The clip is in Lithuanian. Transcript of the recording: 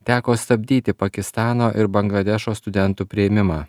teko stabdyti pakistano ir bangladešo studentų priėmimą